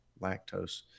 lactose